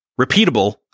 repeatable